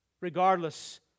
regardless